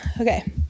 Okay